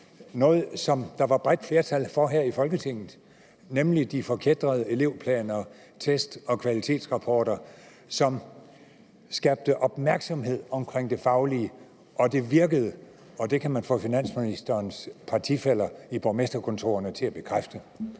noget, der var bredt flertal for her i Folketinget, nemlig de forkætrede elevplaner, test og kvalitetsrapporter, som skabte opmærksomhed om det faglige. Det virkede, og det kan man få finansministerens partifæller i borgmesterkontorerne til at bekræfte.